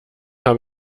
habe